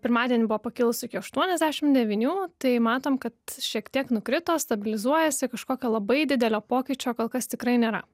pirmadienį buvo pakilus iki aštuoniasdešim devynių tai matom kad šiek tiek nukrito stabilizuojasi kažkokio labai didelio pokyčio kol kas tikrai nėra